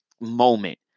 moment